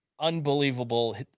unbelievable